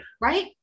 Right